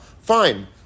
fine